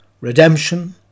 redemption